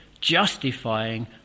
justifying